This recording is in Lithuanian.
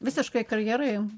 visiškai karjerai